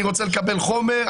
אני רוצה לקבל חומר,